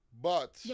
But-